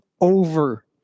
over